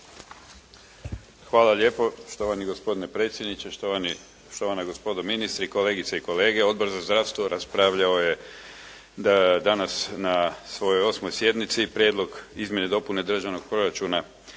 Hvala lijepo. Štovani gospodine predsjedniče, štovana gospodo ministri, kolegice i kolege. Odbor za zdravstvo raspravljao je da danas na svojoj 8. sjednici Prijedlog izmjene i dopune Državnog proračuna